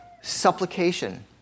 supplication